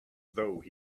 though